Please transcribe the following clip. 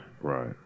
right